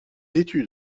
études